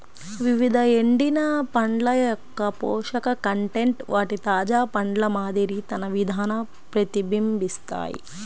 వివిధ ఎండిన పండ్ల యొక్కపోషక కంటెంట్ వాటి తాజా పండ్ల మాదిరి తన విధాన ప్రతిబింబిస్తాయి